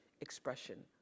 expression